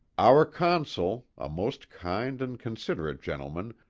our consul, a most kind and considerate gentleman,